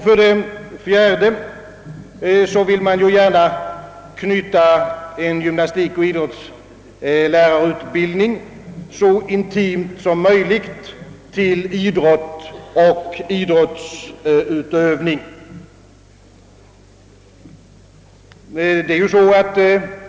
För det fjärde vill man gärna knyta en gymnastikoch idrottslärarutbildning så intimt som möjligt till idrottsutövning.